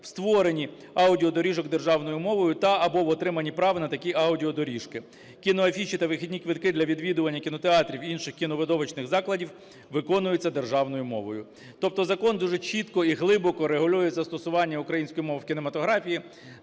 у створенні аудіодоріжок державною мовою та (або) в отриманні прав на такі аудіодоріжки. Кіноафіші та вхідні квитки для відвідування кінотеатрів, інших кіновидовищних закладів виконуються державною мовою". Тобто закон дуже чітко і глибоко регулює застосування української мови в кінематографії,